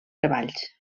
treballs